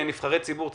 כנבחרי ציבור,